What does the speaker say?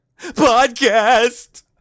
podcast